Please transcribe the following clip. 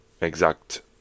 exact